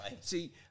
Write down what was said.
See